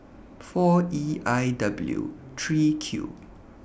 four E I W three Q